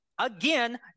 again